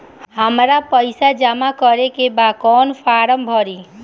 हमरा पइसा जमा करेके बा कवन फारम भरी?